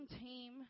team